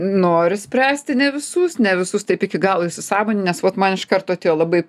noriu spręsti ne visus ne visus taip iki galo įsisąmoninęs vat man iš karto atėjo labai